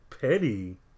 petty